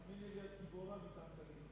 תאמיני לי, את גיבורה מטעם קדימה.